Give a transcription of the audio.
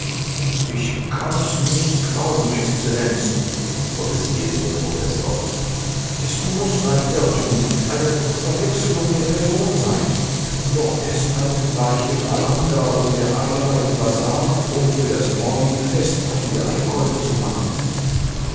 ich kann's nicht glauben exzellenz protestierte der professor es muß ein irrtum eine verwechselung der person sein noch gestern war ich mit amanda und der ayah im bazar um für das morgige fest einige einkäufe zu machen